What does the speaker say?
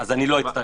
אז אני לא אצטרך.